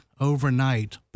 overnight